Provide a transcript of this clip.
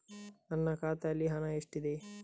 ನನ್ನ ಖಾತೆಯಲ್ಲಿ ಹಣ ಎಷ್ಟಿದೆ?